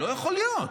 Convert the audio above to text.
לא יכול להיות,